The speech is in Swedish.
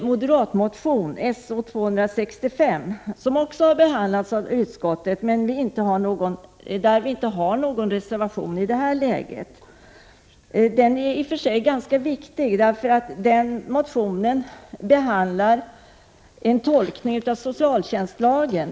Moderatmotionen S0265, som också har behandlats av utskottet men som inte har föranlett någon reservation i det här läget, är i och för sig ganska viktig. Motionen handlar nämligen om hur socialtjänstlagen skall tolkas.